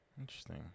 interesting